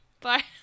Bye